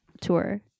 tour